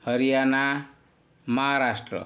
Haryana Maharashtra